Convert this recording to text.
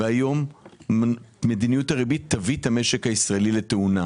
והיום מדיניות הריבית תביא את המשק הישראלי לתאונה.